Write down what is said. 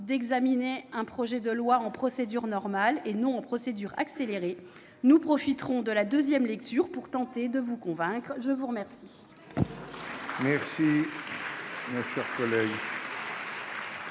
-d'examiner un projet de loi en procédure normale, et non en procédure accélérée, nous profiterons de la deuxième lecture pour tenter de vous convaincre. La parole